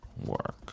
work